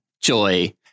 Joy